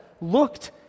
looked